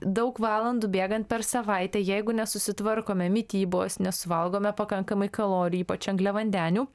daug valandų bėgant per savaitę jeigu nesusitvarkome mitybos nesuvalgome pakankamai kalorijų ypač angliavandenių